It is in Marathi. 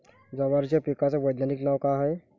जवारीच्या पिकाचं वैधानिक नाव का हाये?